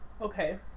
Okay